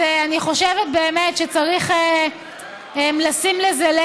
אני חושבת באמת שצריך לשים לב לזה.